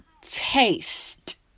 Taste